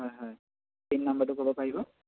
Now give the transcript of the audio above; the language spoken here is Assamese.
হয় হয় পিন নাম্বাৰটো ক'ব পাৰিব